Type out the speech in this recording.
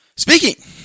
Speaking